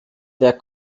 der